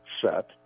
set